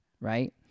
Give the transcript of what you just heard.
right